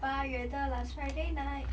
八月的 last friday night